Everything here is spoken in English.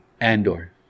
Andor